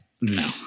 No